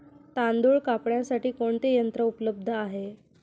तांदूळ कापण्यासाठी कोणते यंत्र उपलब्ध आहे?